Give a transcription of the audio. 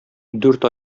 дүрт